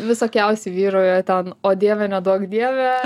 visokiausi vyrauja ten o dieve neduok dieve